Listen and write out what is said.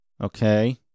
Okay